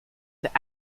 that